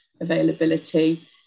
availability